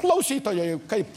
klausytojai kaip